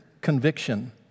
conviction